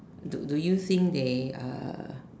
do do you think they uh